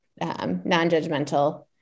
non-judgmental